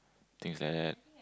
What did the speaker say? things like that